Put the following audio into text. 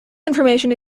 information